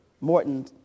Morton